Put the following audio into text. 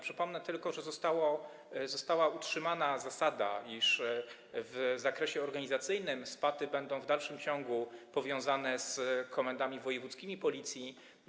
Przypomnę tylko, że została utrzymana zasada, iż w zakresie organizacyjnym SPA-ty będą w dalszym ciągu powiązane z komendami wojewódzkimi Policji.